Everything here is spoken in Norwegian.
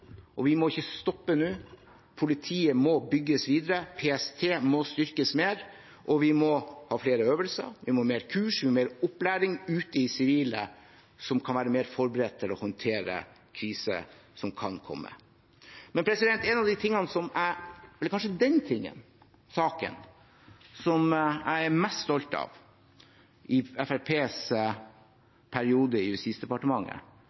Vi må ikke stoppe nå. Politiet må bygges videre, PST må styrkes mer, og vi må ha flere øvelser, vi må ha mer kurs, vi må ha mer opplæring ute i det sivile, som kan være mer forberedt på å håndtere kriser som kan komme. En av de tingene – eller kanskje den tingen, den saken – som jeg er mest stolt av i Fremskrittspartiets periode i Justisdepartementet,